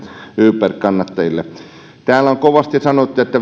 uber kannattajille täällä on kovasti sanottu että